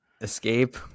Escape